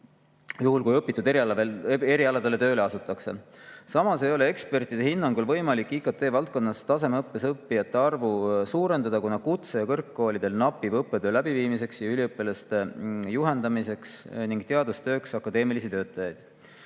juhul kui õpitud erialadel tööle asutakse. Samas ei ole ekspertide hinnangul võimalik IKT-valdkonna tasemeõppes õppijate arvu suurendada, kuna kutse- ja kõrgkoolidel napib õppetöö läbiviimiseks, üliõpilaste juhendamiseks ning teadustööks akadeemilisi töötajaid.